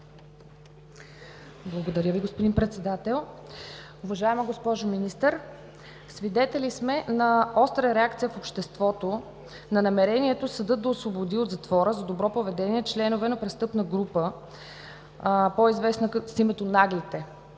Благодаря Ви, господин Председател. Уважаема госпожо Министър, свидетели сме на остра реакция в обществото на намерението съдът да освободи от затвора за добро поведение членове на престъпна група, по-известна с името „Наглите“.